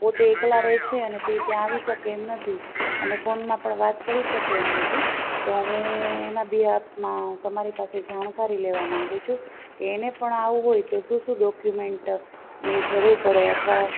પોતે એકલા રહે છે અને તે ત્યાં આવી શકે એમ નથી અને ફોનમાં પણ વાત કરી શકે એમ નથી તો હું એના બીહાફમાં તમારી પાસે જાણકારી લેવા માંગુ છું કે એને પણ આવું હોય તો શું શું ડોકયુમેંટની જરૂર પડે અથવા